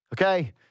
Okay